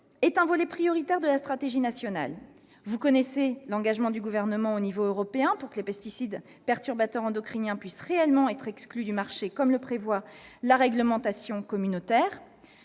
est un volet prioritaire de la stratégie nationale. Vous connaissez l'engagement du Gouvernement au niveau européen pour que les pesticides perturbateurs endocriniens puissent réellement être exclus du marché, ainsi que le prévoit la réglementation communautaire.